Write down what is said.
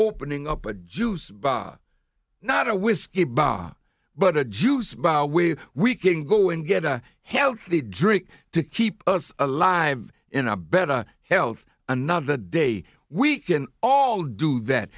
putting up a juice bar not a whiskey bottle but a juice bar where we can go and get a healthy drink to keep us alive in a better health another day we can all do that